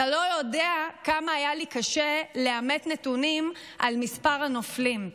אתה לא יודע כמה היה לי קשה לאמת נתונים על מספר הנופלים,